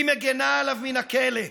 היא מגינה עליו מן הכלא.